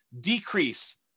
decrease